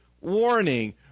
warning